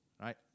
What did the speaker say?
right